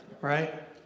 right